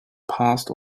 past